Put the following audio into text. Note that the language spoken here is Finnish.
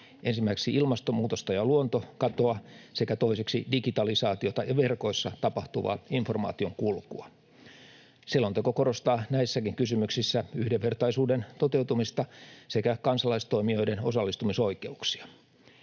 ensimmäiseksi ilmastonmuutosta ja luontokatoa sekä toiseksi digitalisaatiota ja verkoissa tapahtuvaa informaationkulkua. Selonteko korostaa näissäkin kysymyksissä yhdenvertaisuuden toteutumista sekä kansalaistoimijoiden osallistumisoikeuksia.